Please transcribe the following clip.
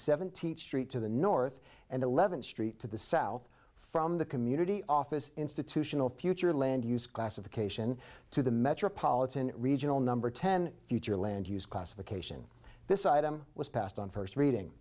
seventeenth street to the north and eleventh street to the south from the community office institutional future land use classification to the metropolitan regional number ten future land use classification this item was passed on first reading